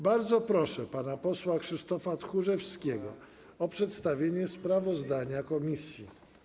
Bardzo proszę pana posła Krzysztofa Tchórzewskiego o przedstawienie sprawozdania komisji.